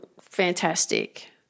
fantastic